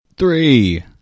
Three